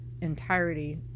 entirety